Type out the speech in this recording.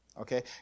Okay